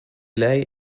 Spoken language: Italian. lei